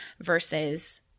versus